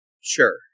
sure